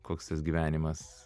koks tas gyvenimas